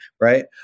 right